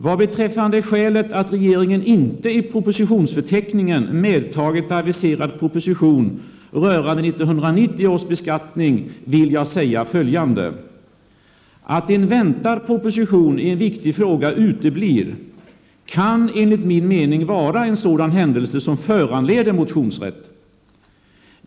Vad beträffar skälet att regeringen inte i propositionsförteckningen medtagit aviserad proposition rörande 1990 års beskattning vill jag säga följande. Att en väntad proposition i en viktig fråga uteblir kan enligt min mening vara en sådan händelse som föranleder motionsrätt.